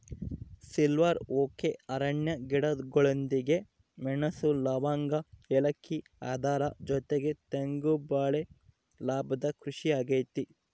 silver oak ಅರಣ್ಯ ಗಿಡಗಳೊಂದಿಗೆ ಮೆಣಸು, ಲವಂಗ, ಏಲಕ್ಕಿ ಅದರ ಜೊತೆಗೆ ತೆಂಗು ಬಾಳೆ ಲಾಭದ ಕೃಷಿ ಆಗೈತೆ